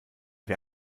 wer